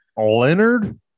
Leonard